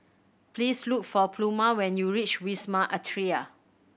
please look for Pluma when you reach Wisma Atria